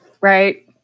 right